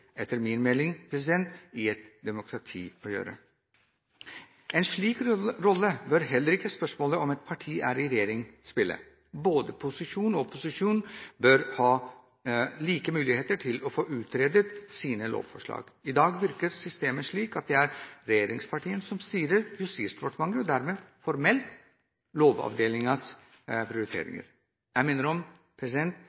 i et demokrati å gjøre. En slik rolle bør heller ikke spørsmålet om et parti er i regjering, spille. Posisjon og opposisjon bør ha like muligheter til å få utredet sine lovforslag. I dag virker systemet slik at det er regjeringspartiene som styrer Justisdepartementet, og dermed formelt